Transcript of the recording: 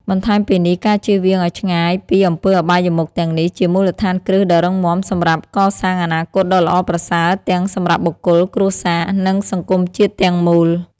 បន្ថែមពីនេះ ការចៀសវាងឲ្យឆ្ងាយពីអំពើអបាយមុខទាំងនេះ ជាមូលដ្ឋានគ្រឹះដ៏រឹងមាំសម្រាប់កសាងអនាគតដ៏ល្អប្រសើរទាំងសម្រាប់បុគ្គល គ្រួសារ និងសង្គមជាតិទាំងមូល។